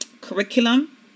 curriculum